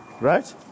right